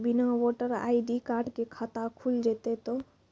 बिना voter ID card के खाता खुल जैते तो?